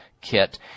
kit